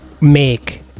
make